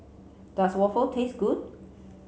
does waffle taste good